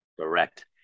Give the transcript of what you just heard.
correct